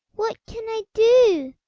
what can i do?